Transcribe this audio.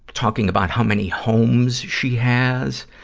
talking about how many homes she has.